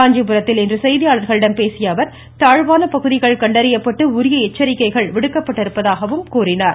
காஞ்சிபுரத்தில் இன்று செய்தியாளர்களிடம் பேசிய அவர் தாழ்வான பகுதிகள் கண்டறியப்பட்டு உரிய எச்சரிக்கைகள் விடப்பட்டிருப்பதாகவும் கூறினார்